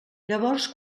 llavors